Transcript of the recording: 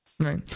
Right